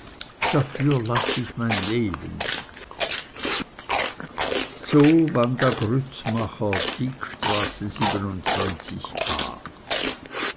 dafür laß ich mein leben so wanda grützmacher tieckstraße a